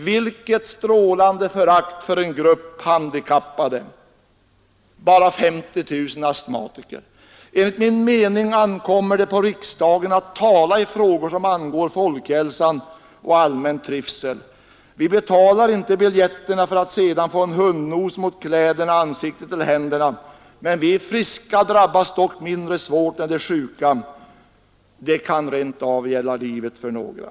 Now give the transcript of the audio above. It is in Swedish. Vilket strålande förakt för en stor grupp handikappade — bara 50 000 astmatiker. Enligt min mening ankommer det på riksdagen att tala i frågor som angår folkhälsan och allmän trivsel. Vi betalar inte biljetterna för att sedan få en hundnos mot kläderna, ansiktet eller händerna — men vi friska drabbas dock mindre svårt än de sjuka — det kan rent av gälla livet för några.